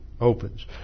opens